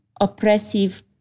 oppressive